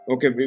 Okay